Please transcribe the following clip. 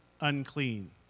unclean